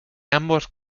ambos